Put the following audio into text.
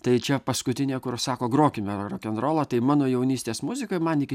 tai čia paskutinė kur sako grokime rokenrolą tai mano jaunystės muzika man iki